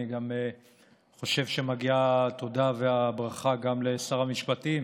אני חושב שמגיעות התודה והברכה גם לשר המשפטים.